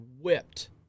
whipped